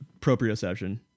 proprioception